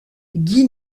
guy